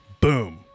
boom